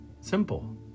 Simple